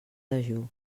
dejú